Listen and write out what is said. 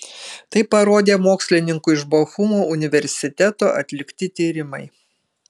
tai parodė mokslininkų iš bochumo universiteto atlikti tyrimai